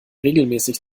regelmäßig